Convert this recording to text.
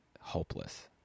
hopeless